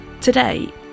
Today